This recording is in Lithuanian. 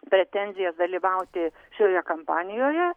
pretenzijas dalyvauti šioje kampanijoje